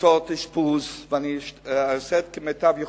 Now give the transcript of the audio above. מיטות אשפוז, ואני אעשה כמיטב יכולתי,